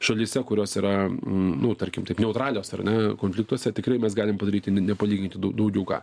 šalyse kurios yra nu tarkim taip neutralios ar ne konfliktuose tikrai mes galim padaryti nepalygint dau daugiau ką